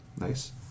Nice